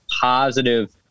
positive